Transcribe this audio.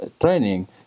training